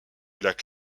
lac